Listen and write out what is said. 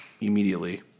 immediately